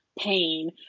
pain